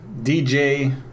DJ